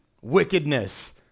wickedness